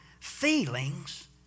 feelings